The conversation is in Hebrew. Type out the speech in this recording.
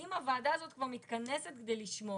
אם הוועדה הזאת כבר מתכנסת כדי לשמוע,